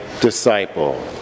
disciple